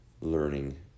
learning